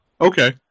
Okay